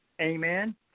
Amen